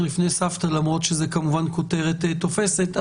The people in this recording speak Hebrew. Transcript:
לפני סבתא למרות שזו כמובן כותרת תופסת,